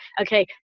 okay